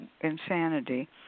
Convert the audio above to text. insanity